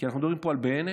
כי אנחנו מדברים פה על בענה,